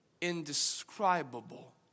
indescribable